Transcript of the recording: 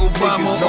Obama